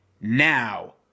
now